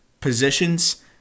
positions